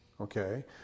Okay